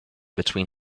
between